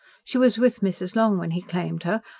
she was with mrs. long when he claimed her,